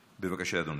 בבקשה, אדוני.